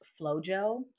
Flojo